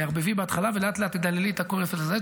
תערבבי בהתחלה ולאט-לאט תדללי את הקורנפלקס הזה,